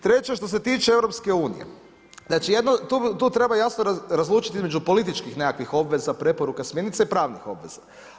Treće što se tiče EU-a, znači tu treba jasno razlučiti između političkih nekakvih obveza, preporuka, smjernica i pravnih obveza.